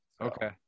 Okay